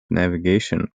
navigation